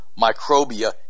microbia